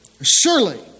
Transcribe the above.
surely